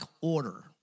order